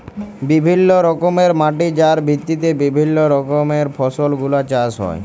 বিভিল্য রকমের মাটি যার ভিত্তিতে বিভিল্য রকমের ফসল গুলা চাষ হ্যয়ে